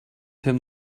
him